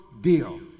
deal